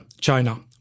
China